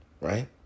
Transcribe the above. right